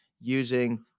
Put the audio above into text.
using